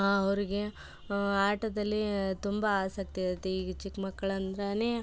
ಅವ್ರಿಗೆ ಆಟದಲ್ಲಿ ತುಂಬ ಆಸಕ್ತಿ ಇರುತ್ತೆ ಈಗ ಚಿಕ್ಕ ಮಕ್ಳಂದ್ರ